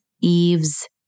Eve's